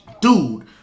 Dude